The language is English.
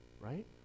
right